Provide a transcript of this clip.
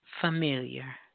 familiar